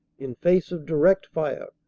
in face of direct fire,